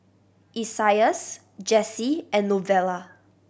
Isaias Jessy and Novella